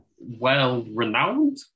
well-renowned